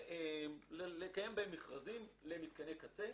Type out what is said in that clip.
נקיים בהם מכרזים למתקני קצה.